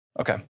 Okay